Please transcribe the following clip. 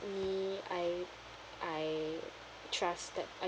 me I I trust that I